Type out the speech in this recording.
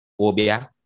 Obia